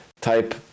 type